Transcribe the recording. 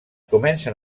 comencen